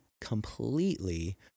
completely